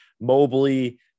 Mobley